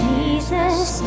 Jesus